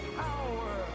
power